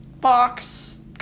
box